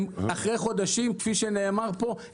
כפי שנאמר פה,